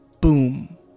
boom